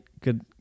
good